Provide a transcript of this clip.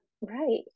Right